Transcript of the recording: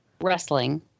wrestling